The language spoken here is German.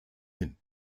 hin